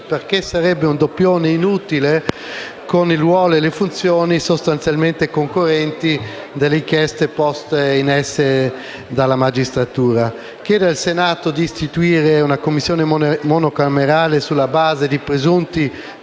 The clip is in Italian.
perché sarebbe un doppione inutile, con il ruolo e le funzioni sostanzialmente concorrenti con le inchieste poste in essere dalla magistratura. Chiedere al Senato di istituire una commissione monocamerale sulla base di presunti